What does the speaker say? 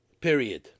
Period